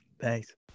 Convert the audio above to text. Thanks